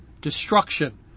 destruction